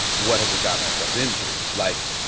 what have we gotten ourselves into? like,